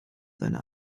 seine